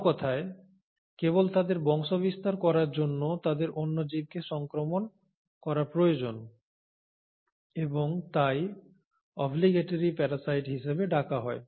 অন্য কথায় কেবল তাদের বংশবিস্তার করার জন্য তাদের অন্য জীবকে সংক্রমণ করা প্রয়োজন এবং তাই অব্লিগেটরি প্যারাসাইট হিসাবে ডাকা হয়